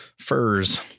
furs